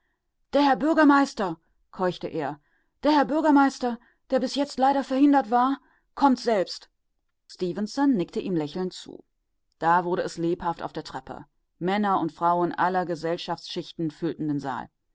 der herr bürgermeister keuchte er der herr bürgermeister der bis jetzt leider verhindert war kommt selbst stefenson nickte ihm lächelnd zu da wurde es lebhaft auf der treppe männer und frauen aller gesellschaftsschichten füllten den saal